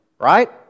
Right